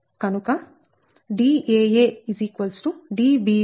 కనుక Daa Dbb Dcc